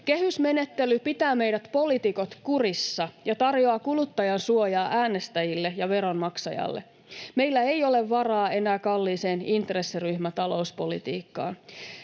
Kehysmenettely pitää meidät poliitikot kurissa ja tarjoaa kuluttajansuojaa äänestäjälle ja veronmaksajalle. Meillä ei ole varaa enää kalliiseen intressiryhmätalouspolitiikkaan.